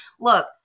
look